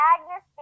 Agnes